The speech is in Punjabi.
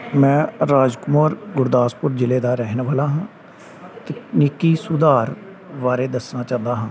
ਮੈਂ ਰਾਜ ਕੁਮਾਰ ਗੁਰਦਾਸਪੁਰ ਜ਼ਿਲ੍ਹੇ ਦਾ ਰਹਿਣ ਵਾਲਾ ਹਾਂ ਤਕਨੀਕੀ ਸੁਧਾਰ ਬਾਰੇ ਦੱਸਣਾ ਚਾਹੁੰਦਾ ਹਾਂ